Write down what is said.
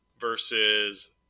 versus